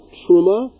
truma